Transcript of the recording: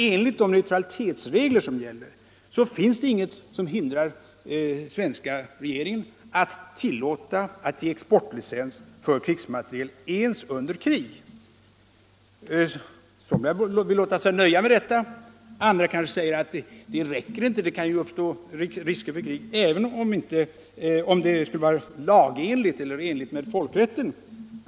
Enligt de neutralitetsregler som gäller finns det alltså ingenting som hindrar den svenska regeringen att ge exportlicens för krigsmateriel ens under krig. Somliga vill låta sig nöja med detta, andra kanske säger att det räcker inte för det kan uppstå risker för krig även om exporten av krigsmateriel sker i enlighet med folkrätten.